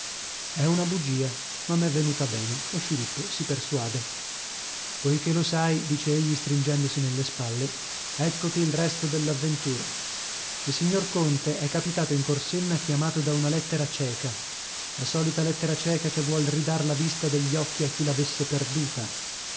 è una bugia ma m'è venuta bene e filippo si persuade poichè lo sai dice egli stringendosi nelle spalle eccoti il resto dell'avventura il signor conte è capitato in corsenna chiamato da una lettera cieca la solita lettera cieca che vuol ridar la vista degli occhi a chi l'avesse perduta